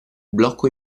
blocco